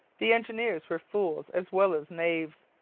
the engineers were fools as well as knaves.